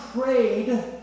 prayed